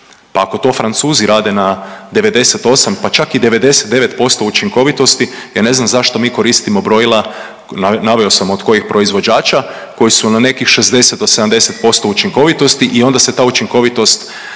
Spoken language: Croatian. Pa ako to Francuzi rade na 98, pa čak i 99% učinkovitosti, ja ne znam zašto mi koristimo brojila, naveo sam od kojih proizvođača, koji su na nekih 60 do 70% učinkovitosti i onda se ta učinkovitost,